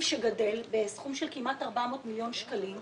שגדל בסכום של כמעט 400 מיליון שקלים,